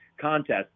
contest